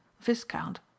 viscount